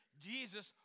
Jesus